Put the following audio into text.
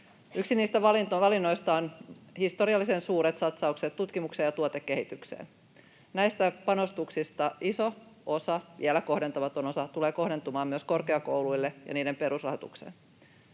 Yksi niistä valinnoista on historiallisen suuret satsaukset tutkimukseen ja tuotekehitykseen. Näistä panostuksista iso osa, vielä kohdentamaton osa, tulee kohdentumaan myös korkeakouluille ja niiden perusrahoitukseen.